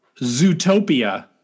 Zootopia